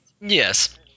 yes